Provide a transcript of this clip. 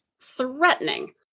threatening